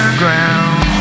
ground